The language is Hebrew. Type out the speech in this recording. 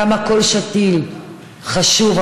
כמה כל שתיל חשוב.